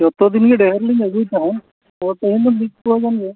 ᱡᱚᱛᱚ ᱫᱤᱱ ᱜᱮ ᱰᱷᱮᱹᱨ ᱞᱤᱧ ᱟᱹᱜᱩᱭ ᱛᱟᱦᱮᱸᱫ ᱚᱻ ᱴᱟᱭᱤᱢ ᱫᱚ ᱢᱤᱫ ᱯᱩᱣᱟᱹ ᱜᱟᱱ ᱜᱮ